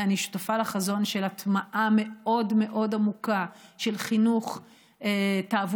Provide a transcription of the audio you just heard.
אני שותפה לחזון של הטמעה מאוד מאוד עמוקה של חינוך תעבורתי,